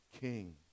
King